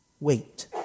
Wait